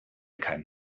keinen